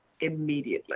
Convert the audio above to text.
immediately